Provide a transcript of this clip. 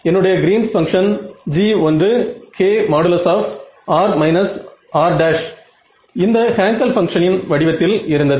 என்னுடைய green's function Green's function G1 k|r − r′| இந்த Hankel பங்ஷனின் வடிவத்தில் இருந்தது